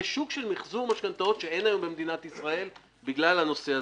יהיה שוק של מחזור משכנתאות שאין היום במדינת ישראל בגלל הנושא הזה.